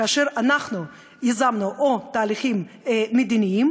כאשר אנחנו יזמנו או תהליכים מדיניים